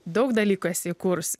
daug dalykų esi įkūrusi